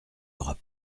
aura